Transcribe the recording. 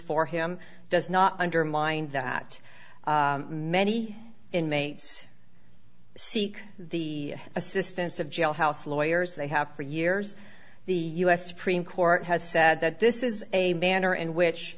for him does not undermine that many inmates seek the assistance of jailhouse lawyers they have for years the u s supreme court has said that this is a manner in which